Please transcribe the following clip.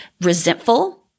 resentful